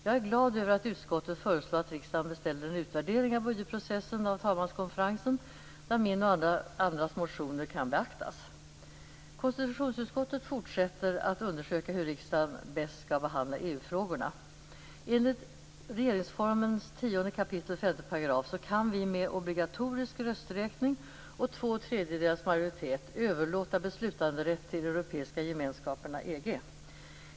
Jag är glad över att utskottet föreslår att riksdagen beställer en utvärdering av budgetprocessen av talmanskonferensen, där mina och andras motioner kan beaktas. Konstitutionsutskottet fortsätter att undersöka hur riksdagen bäst skall behandla EU-frågorna. Enligt regeringsformen 10 kap. 5 § kan vi med hjälp av obligatorisk rösträkning och två tredjedelars majoritet överlåta beslutanderätt till Europeiska gemenskaperna, EG.